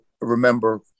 remember